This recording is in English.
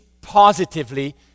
positively